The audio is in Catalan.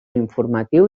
informatiu